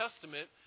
Testament